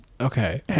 Okay